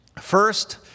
First